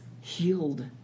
healed